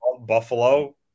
Buffalo